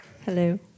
Hello